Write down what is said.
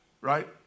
right